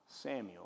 Samuel